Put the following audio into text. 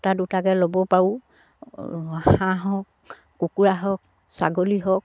দুটা দুটাকে ল'ব পাৰোঁ হাঁহ হওক কুকুৰা হওক ছাগলী হওক